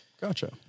Gotcha